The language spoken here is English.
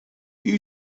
you